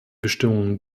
bestimmungen